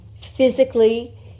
physically